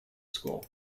school